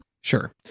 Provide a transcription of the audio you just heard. Sure